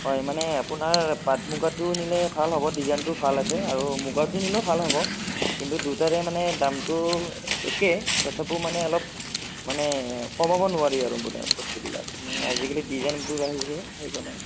হয় মানে আপোনাৰ পাট মুগাৰটো নিলে ভাল হ'ব ডিজাইনটো ভাল আছে আৰু মুগাৰটো নিলেও ভাল হ'ব কিন্তু দুটাৰে মানে দামটো একে তথাপিও মানে অলম মানে কমাব নোৱাৰি আৰু মানে বস্তুবিলাক মানে আজিকালি ডিজাইনবোৰ বাঢ়িছে যে সেই কাৰণে